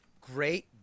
great